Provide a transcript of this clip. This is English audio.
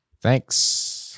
thanks